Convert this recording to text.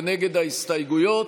ונגד ההסתייגויות,